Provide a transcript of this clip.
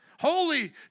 holy